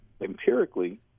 empirically